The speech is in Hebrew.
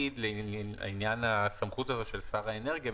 לעניין הסמכות הזאת של שר האנרגיה,